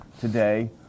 today